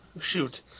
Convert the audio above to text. Shoot